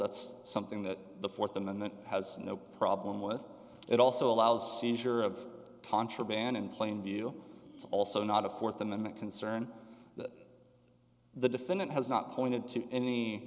that's something that the fourth amendment has no problem with it also allows seizure of contraband in plain view it's also not a fourth amendment concern that the defendant has not pointed to any